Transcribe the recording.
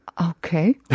Okay